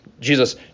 Jesus